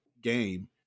game